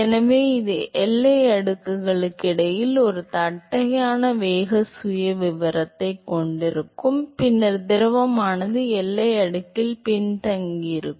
எனவே இது எல்லை அடுக்குகளுக்கு இடையில் ஒரு தட்டையான வேக சுயவிவரத்தைக் கொண்டிருக்கும் பின்னர் திரவமானது எல்லை அடுக்கில் பின்தங்கியிருக்கும்